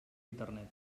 internet